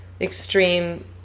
extreme